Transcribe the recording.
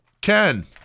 Ken